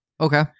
Okay